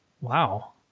Wow